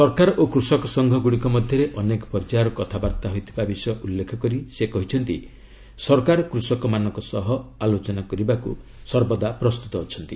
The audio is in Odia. ସରକାର ଓ କୃଷକ ସଂଘ ଗୁଡ଼ିକ ମଧ୍ୟରେ ଅନେକ ପର୍ଯ୍ୟାୟର କଥାବାର୍ତ୍ତା ହୋଇଥିବା ବିଷୟ ଉଲ୍ଲ୍େଖ କରି ସେ କହିଛନ୍ତି ସରକାର କୃଷକମାନଙ୍କ ସହ ଆଲୋଚନା କରିବାକୁ ସର୍ବଦା ପ୍ରସ୍ତୁତ ଅଛନ୍ତି